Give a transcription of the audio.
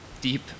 deep